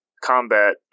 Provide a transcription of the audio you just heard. combat